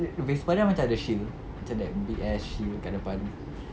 vespa dia macam ada shield macam that big ass shield kat depan